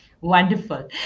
Wonderful